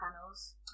panels